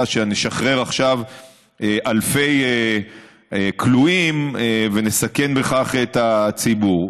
שנשחרר עכשיו אלפי כלואים ונסכן בכך את הציבור.